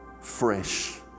fresh